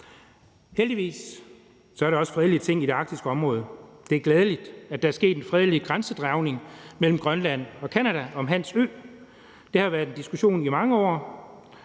Heldigvis er der også fredelige ting i det arktiske område. Det er glædeligt, at der er sket en fredelig grænsedragning mellem Grønland og Canada om Hans Ø. Det har været en diskussion i mange år,